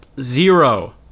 zero